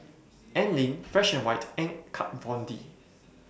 Anlene Fresh White and Kat Von D